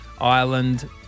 Ireland